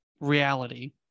reality